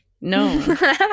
No